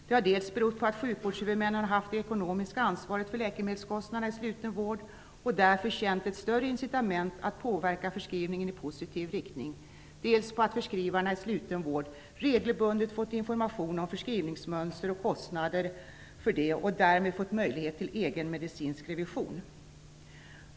Det har dels berott på att sjukvårdshuvudmännen har haft det ekonomiska ansvaret för läkemedelskostnaderna i sluten vård och därför känt ett större incitament att påverka förskrivningen i positiv riktning, dels på att förskrivarna i sluten vård regelbundet fått information om förskrivningsmönster och kostnaderna för det och därmed fått möjlighet till egen medicinsk revision.